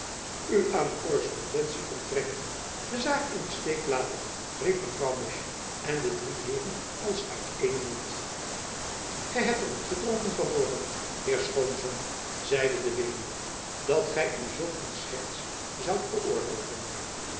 aan de korrespondentie onttrekken de zaak in de steek laten riepen mevrouw musch en de drie heeren als uit eenen mond gy hebt toch niet gedronken van morgen heer schoonzoon zeide de weduwe dat gy u zulk een scherts zoudt veroorloven